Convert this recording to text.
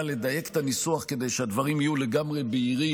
לדייק את הניסוח כדי שהדברים יהיו לגמרי בהירים.